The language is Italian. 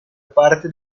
parte